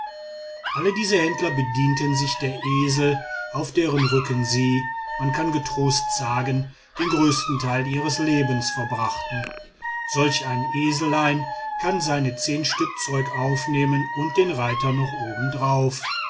alle diese händler bedienten sich der esel auf deren rücken sie man kann getrost sagen den größten teil ihres lebens verbrachten solch ein eselein kann seine zehn stück zeug aufnehmen und den reiter noch oben darauf